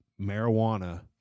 marijuana